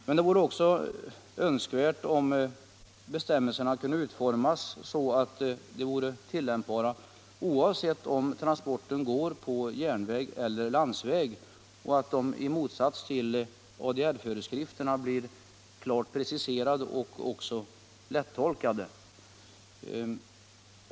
Men det vore också önskvärt att bestämmelserna kunde utformas så att de vore tillämpbara oavsett om transporten går på järnväg eller landsväg och att de i motsats till ADR-föreskrifterna blir klart preciserade och lättolkade.